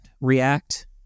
react